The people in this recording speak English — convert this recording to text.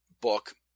book